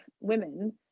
women